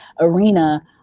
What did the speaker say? arena